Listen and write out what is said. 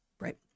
Right